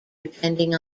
depending